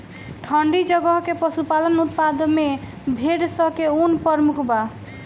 ठंडी जगह के पशुपालन उत्पाद में भेड़ स के ऊन प्रमुख बा